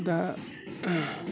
दा